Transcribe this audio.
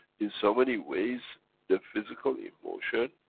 in so many ways the physical emotion,